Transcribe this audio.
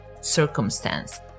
circumstance